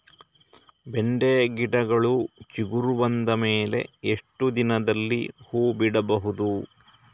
ಬೆಂಡೆ ಗಿಡಗಳು ಚಿಗುರು ಬಂದ ಮೇಲೆ ಎಷ್ಟು ದಿನದಲ್ಲಿ ಹೂ ಬಿಡಬಹುದು?